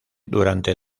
durante